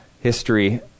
history